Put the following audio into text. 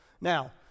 Now